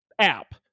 app